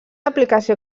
aplicació